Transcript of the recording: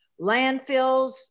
landfills